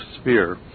sphere